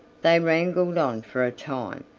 they wrangled on for a time,